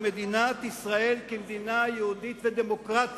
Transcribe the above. מדינת ישראל כמדינה יהודית ודמוקרטית".